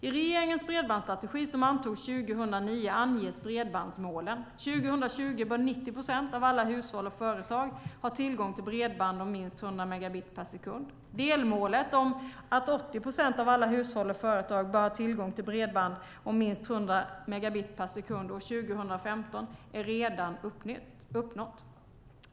I regeringens bredbandsstrategi som antogs 2009 anges bredbandsmålen: År 2020 bör 90 procent av alla hushåll och företag ha tillgång till bredband om minst 100 megabit per sekund. Delmålet att 40 procent av alla hushåll och företag bör ha tillgång till bredband om minst 100 megabit per sekund år 2015 är redan uppnått.